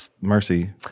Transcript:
Mercy